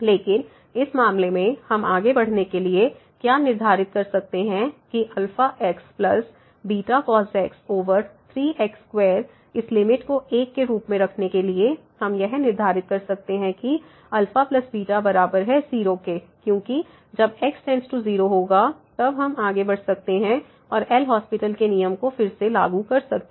लेकिन इस मामले में हम आगे बढ़ने के लिए क्या निर्धारित कर सकते हैं कि यह x βcos x 3x2 इस लिमिट को 1 के रूप में रखने के लिए हम यह निर्धारित कर सकते हैं कि αβ बराबर है 0 के क्योंकि जब x→0 होगा तब हम आगे बढ़ सकते हैं और एल हास्पिटलLHospital के नियम को फिर से लागू कर सकते हैं